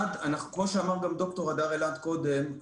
כמו שאמר ד"ר אלעד קודם,